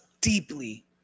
deeply